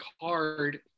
Card